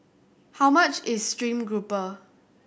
how much is stream grouper